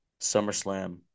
SummerSlam